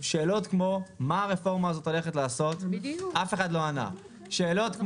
שאלות כמו מה הרפורמה הזאת הולכת לעשות אף אחד לא ענה עליהן.